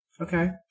Okay